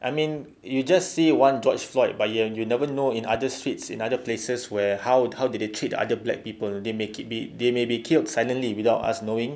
I mean you just see one george floyd but you never know in other streets in other places where how how did they treat other black people they make it they may be killed silently without us knowing